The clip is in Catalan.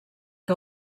que